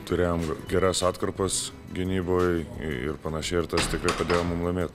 turėjom geras atkarpas gynyboj ir panašiai ir tas tikrai padėjo mum laimėt